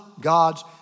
God's